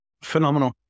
Phenomenal